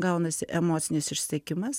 gaunasi emocinis išsekimas